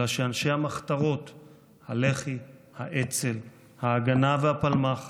אלא שאנשי המחתרות הלח"י, האצ"ל, ההגנה והפלמ"ח